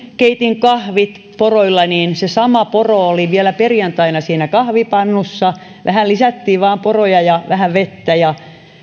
keitin kahvit poroilla se sama poro oli vielä perjantaina siinä kahvipannussa vähän lisättiin vain poroja ja vähän vettä ja